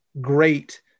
great